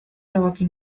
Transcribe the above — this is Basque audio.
erabaki